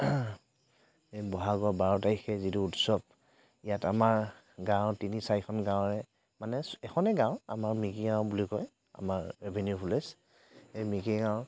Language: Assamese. এই বহাগৰ বাৰ তাৰিখে যিটো উৎসৱ ইয়াত আমাৰ গাঁৱৰ তিনি চাৰিখন গাঁৱৰে মানে এখনেই গাঁও আমাৰ মিকিৰগাঁও বুলি কয় আমাৰ ৰেভিনিউ ভিলেজ এই মিকিৰ গাঁৱৰ